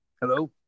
Hello